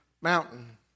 mountain